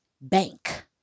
bank